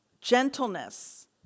Gentleness